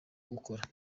gukora